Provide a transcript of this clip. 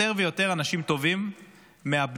יותר ויותר אנשים טובים מאבדים